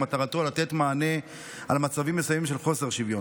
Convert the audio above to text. ומטרתו לתת מענה למצבים מסוימים של חוסר שוויון.